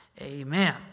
Amen